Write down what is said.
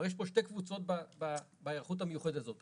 כלומר, יש פה שתי קבוצות בהיערכות המיוחדת הזאת.